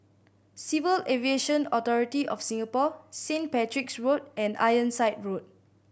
Civil Aviation Authority of Singapore Saint Patrick's Road and Ironside Road